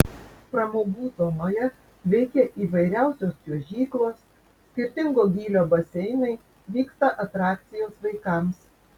pramogų zonoje veikia įvairiausios čiuožyklos skirtingo gylio baseinai vyksta atrakcijos vaikams